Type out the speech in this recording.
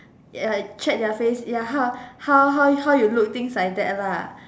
ya check their face ya how how how how you look things like that lah